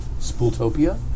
Spooltopia